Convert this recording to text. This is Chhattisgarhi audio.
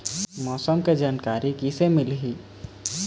मौसम के जानकारी किसे मिलही?